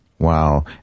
Wow